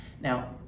Now